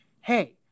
hey